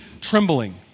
trembling